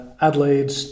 Adelaide